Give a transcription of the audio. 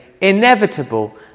inevitable